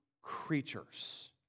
creatures